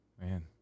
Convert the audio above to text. Man